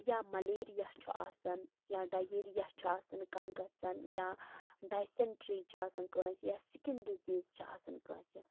یا مَلیریا چھُ آسان یا ڈَہیریا چھُ آسان کانہہ گژھان یا ڈاٮ۪سٮ۪نٹری چھِ آسان کٲنسہٕ یا سِکِن ڈِزیٖز چھِ آسان کٲنسہٕ